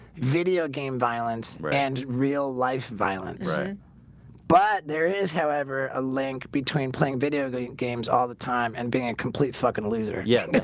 video game violence and real life violence, right but there is however a link between playing video games all the time and being a complete fuckin loser yeah, yeah,